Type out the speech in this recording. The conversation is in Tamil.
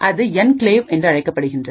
அது என்கிளேவ் என்றழைக்கப்படுகின்றது